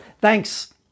Thanks